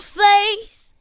face